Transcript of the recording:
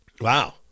Wow